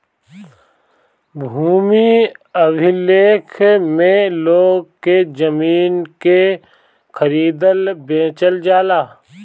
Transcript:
भूमि अभिलेख में लोग के जमीन के खरीदल बेचल जाला